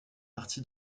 parti